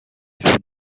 furent